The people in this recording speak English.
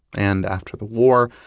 and after the war,